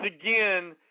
again